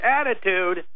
attitude